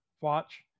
watch